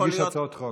ולהגיש הצעות חוק.